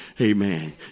amen